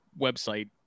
website